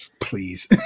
please